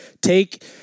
take